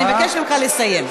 אני מבקשת ממך לסיים.